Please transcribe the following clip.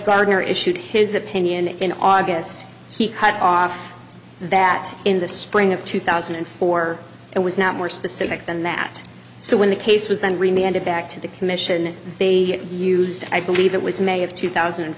gardner issued his opinion in august he cut off that in the spring of two thousand and four and was not more specific than that so when the case was then remained it back to the commission they used i believe it was may of two thousand and